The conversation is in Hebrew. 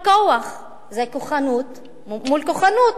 ראובן ריבלין: תודה רבה לשר החינוך.